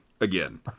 again